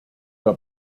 los